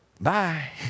Bye